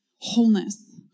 wholeness